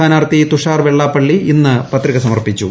സ്ഥാനാർത്ഥി തുഷാർ വെള്ളാപ്പളളി ഇന്ന് പത്രിക സമർപ്പിച്ചു